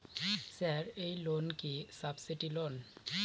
Sir এই loan কি subsidy loan?